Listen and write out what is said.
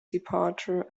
departure